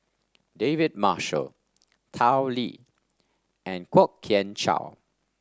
David Marshall Tao Li and Kwok Kian Chow